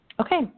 Okay